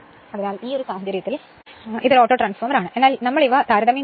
അതിനാൽ ഈ സാഹചര്യത്തിൽ അതിനാൽ ഇത് ഒരു ഓട്ടോട്രാൻസ്ഫോർമർ ആണ് എന്നാൽ നമ്മൾ ഇവ 2 താരതമ്യം ചെയ്യണം